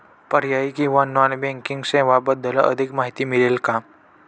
पर्यायी किंवा non banking सेवांबद्दल अधिक माहिती मिळेल का?